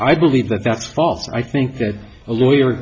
believe that that's false i think that a lawyer